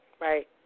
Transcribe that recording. right